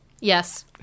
Yes